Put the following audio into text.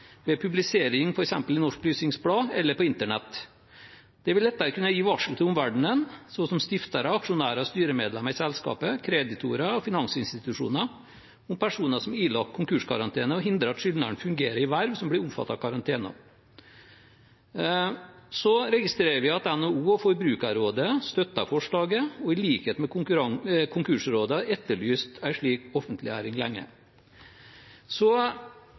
ved publisering f.eks. i Norsk lysingsblad eller på internett. Det vil lettere kunne gi varsel til omverdenen, så som stiftere, aksjonærer og styremedlemmer i selskapet, kreditorer og finansinstitusjoner, om personer som er ilagt konkurskarantene, og hindre at skyldneren fungerer i verv som blir omfattet av karantenen. Vi registrerer også at NHO og Forbrukerrådet støtter forslaget og i likhet med Konkursrådet har etterlyst en slik offentliggjøring lenge.